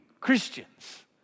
Christians